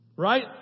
Right